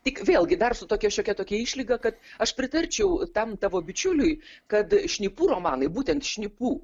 tik vėlgi dar su tokia šiokia tokia išlyga kad aš pritarčiau tam tavo bičiuliui kad šnipų romanai būtent šnipų